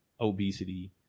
obesity